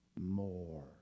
more